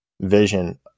vision